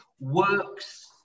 works